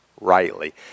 rightly